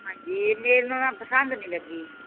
ਹਾਂਜੀ ਮੇਰੇ ਨਾ ਪਸੰਦ ਨਹੀਂ ਲੱਗੀ